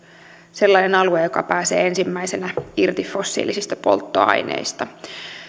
sellainen alue joka pääsee ensimmäisenä irti fossiilisista polttoaineista